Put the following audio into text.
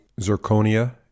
zirconia